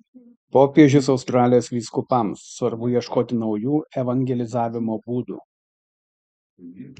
popiežius australijos vyskupams svarbu ieškoti naujų evangelizavimo būdų